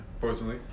personally